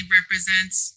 represents